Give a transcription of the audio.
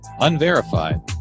Unverified